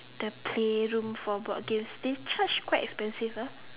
the play room for board games they charge quite expensive ah